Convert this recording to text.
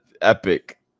Epic